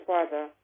Father